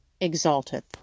exalteth